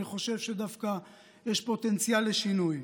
אני חושב שדווקא יש פוטנציאל לשינוי.